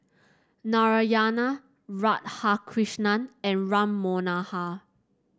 Narayana Radhakrishnan and Ram Manohar